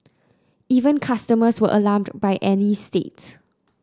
even customers were alarmed by Annie's state